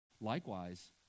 Likewise